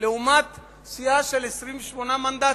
לעומת סיעה של 28 מנדטים.